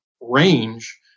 range